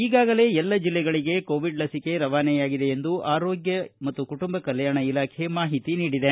ಈಗಾಗಲೇ ಎಲ್ಲ ಜಿಲ್ಲೆಗಳಿಗೆ ಕೋವಿಡ್ ಲಸಿಕೆ ರವಾನೆಯಾಗಿದೆ ಎಂದು ರಾಜ್ಯ ಆರೋಗ್ಯ ಮತ್ತು ಕುಟುಂಬ ಕಲ್ವಾಣ ಇಲಾಖೆ ಮಾಹಿತಿ ನೀಡಿದೆ